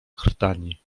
krtani